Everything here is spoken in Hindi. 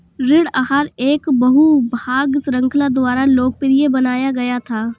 ऋण आहार एक बहु भाग श्रृंखला द्वारा लोकप्रिय बनाया गया था